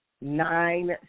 nine